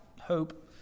hope